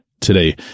today